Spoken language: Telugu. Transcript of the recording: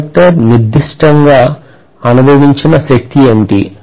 కండక్టర్ నిర్దిష్టముగా అనుభవించిన శక్తి ఏమిటి